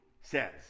says